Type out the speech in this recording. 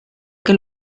que